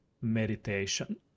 meditation